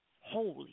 holy